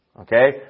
Okay